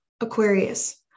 Aquarius